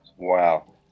Wow